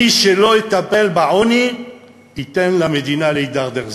מי שלא יטפל בעוני ייתן למדינה להידרדר.